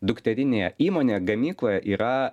dukterinė įmonė gamykla yra